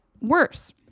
worse